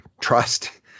trust